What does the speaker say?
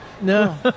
no